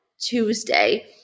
Tuesday